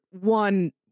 one